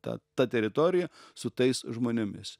ta ta teritorija su tais žmonėmis